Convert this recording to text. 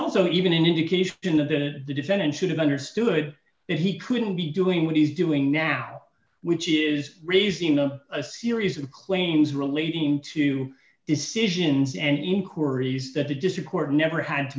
also even an indication of that the defendant should have understood that he couldn't be doing what he's doing now which is raising them a series of claims relating to decisions and inquiries that the district court never had to